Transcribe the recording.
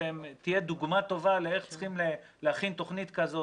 תהיה דוגמא טובה לאיך צריכים להכין תוכנית כזאת,